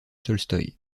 tolstoï